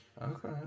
Okay